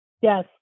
Yes